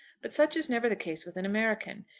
but such is never the case with an american.